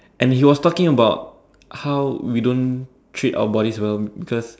and he was talking about how we don't treat our bodies well because